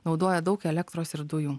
naudoja daug elektros ir dujų